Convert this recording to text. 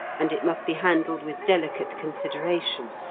and it must be handled with delicate consideration.